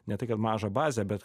ne tai kad mažą bazę bet